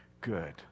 good